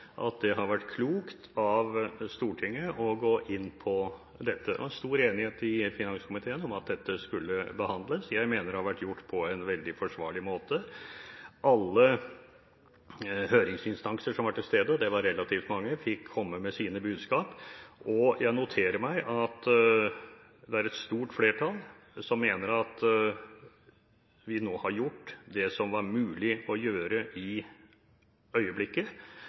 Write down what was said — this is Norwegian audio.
at det har vært klokt av Stortinget å gå inn på dette. Det var stor enighet i finanskomiteen om at dette skulle behandles. Jeg mener det har vært gjort på en veldig forsvarlig måte. Alle høringsinstanser som var til stede – og det var relativt mange – fikk komme med sine budskap. Jeg noterer meg at det er et stort flertall som mener at vi nå har gjort det som var mulig å gjøre i øyeblikket.